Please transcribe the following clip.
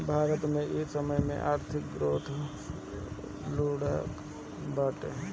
भारत के इ समय आर्थिक ग्रोथ लुढ़कल बाटे